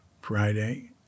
Friday